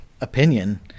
opinion